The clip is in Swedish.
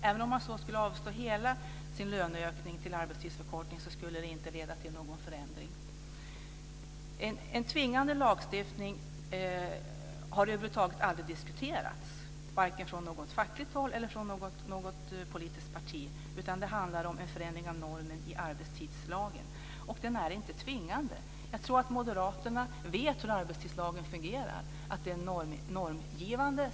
Även om kvinnorna så skulle avstå från hela sina löneökning för en arbetstidsförkortning, skulle det inte leda till någon förändring. En tvingande lagstiftning har över huvud taget aldrig diskuterats, vare sig från fackligt håll eller från något politiskt parti. Det handlar i stället om en förändring av normen i arbetstidslagen, och den är inte tvingande. Jag tror att moderaterna vet hur arbetstidslagen fungerar, att den är normgivande.